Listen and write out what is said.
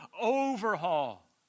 overhaul